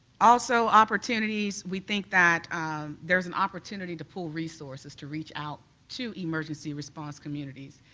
also, opportunities, we think that there is and opportunity to pull resources, to reach out to emergency response communities.